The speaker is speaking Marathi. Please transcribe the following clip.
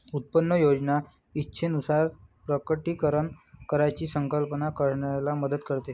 उत्पन्न योजना इच्छेनुसार प्रकटीकरण कराची संकलन करण्याला मदत करते